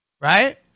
right